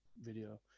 video